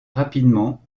rapidement